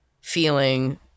feeling